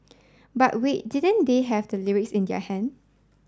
but wait didn't they have the lyrics in their hand